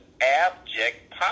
abject